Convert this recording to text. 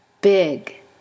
big